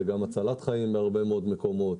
זה גם הצלת חיים ברבה מאוד מקומות.